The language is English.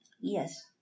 Yes